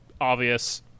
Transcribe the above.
obvious